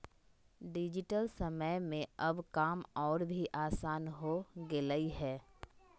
digital समय में अब काम और भी आसान हो गेलय हें